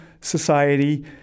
society